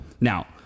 Now